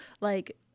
like-